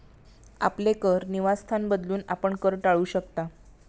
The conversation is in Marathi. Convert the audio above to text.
आपले कर निवासस्थान बदलून, आपण कर टाळू शकता